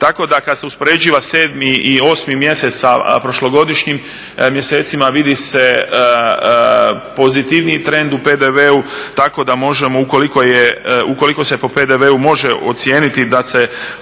Tako da kad se uspoređiva 7. i 8. mjesec sa prošlogodišnjim mjesecima vidi se pozitivniji trend u PDV-u tako da možemo ukoliko se po PDV-u može ocijeniti da se